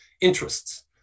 interests